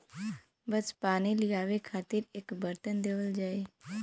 बस पानी लियावे खातिर एक बरतन देवल जाई